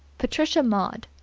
patricia maud.